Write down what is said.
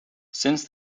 since